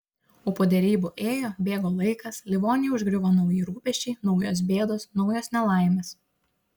o po derybų ėjo bėgo laikas livoniją užgriuvo nauji rūpesčiai naujos bėdos naujos nelaimės